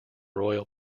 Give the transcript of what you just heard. royal